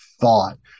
thought